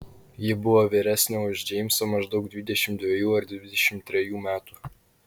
ji buvo vyresnė už džeimsą maždaug dvidešimt dvejų ar dvidešimt trejų metų